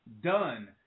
done